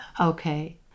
Okay